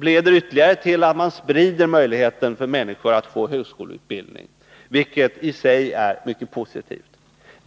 leder till att man ytterligare sprider möjligheten för människor att få högskoleutbildning, vilket i sig är mycket positivt.